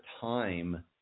time